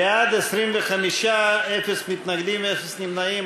בעד, 25, אפס מתנגדים, אפס נמנעים.